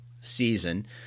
season